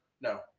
No